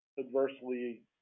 adversely